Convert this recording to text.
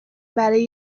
برای